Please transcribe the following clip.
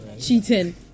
cheating